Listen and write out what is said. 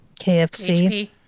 KFC